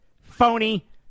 phony